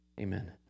Amen